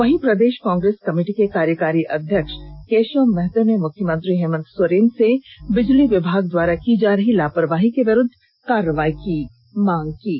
वहीं प्रदेश कांग्रेस कमेटी के कार्यकारी अध्यक्ष केशव महतो ने मुख्यमंत्री हेमंत सोरेन से बिजली विभाग द्वारा की जा रही लापरवाही के विरूद्व कार्रवाई की मांग की है